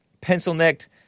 pencil-necked